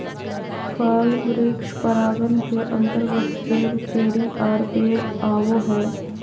फल वृक्ष परागण के अंतर्गत सेब, चेरी आर बेर आवो हय